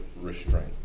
restraint